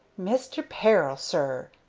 mister peril, sir,